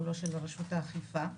ולא של רשות האכיפה,